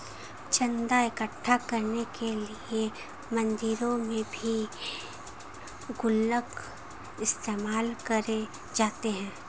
चन्दा इकट्ठा करने के लिए मंदिरों में भी गुल्लक इस्तेमाल करे जाते हैं